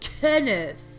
Kenneth